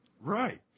Right